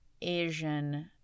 asian